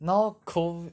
now COV~